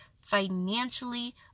financially